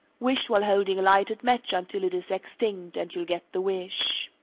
wish while holding a lighted match until it is extinct, and you'll get the wish.